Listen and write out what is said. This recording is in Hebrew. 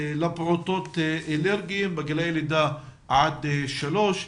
לפעוטות אלרגיים בגילאי לידה עד שלוש,